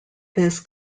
this